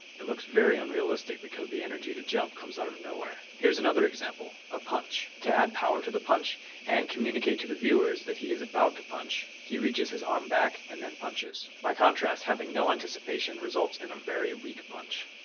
it looks very unrealistic because the energy to jump comes out of nowhere. here's another example a punch. to add power to the punch and communicate to the viewers that he is about to punch. he reaches his arm back and then punches. by contrast having no anticipation results in a very weak punch.